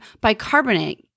bicarbonate